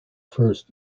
first